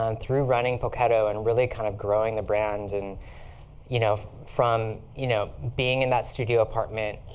um through running poketo and really kind of growing the brand and you know from you know being in that studio apartment